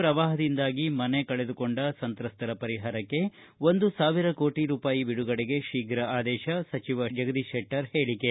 ಪ್ರವಾಹದಿಂದಾಗಿ ಮನೆ ಕಳೆದುಕೊಂಡ ಸಂತ್ರಸ್ಥರ ಪರಿಹಾರಕ್ಕೆ ಒಂದು ಸಾವಿರ ಕೋಟ ಬಿಡುಗಡೆಗೆ ಶೀಪ್ರ ಆದೇಶ ಸಚಿವ ಶೆಟ್ಟರ್ ಹೇಳಿಕೆ